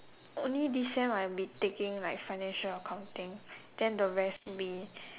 only this sem I'll be taking like financial accounting then the rest will be